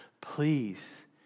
Please